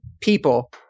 people